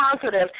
positive